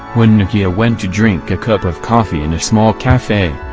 when nikia went to drink a cup of coffee in a small cafe.